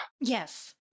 Yes